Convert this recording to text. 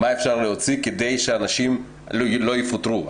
מה אפשר להוציא כדי שאנשים לא יפוטרו.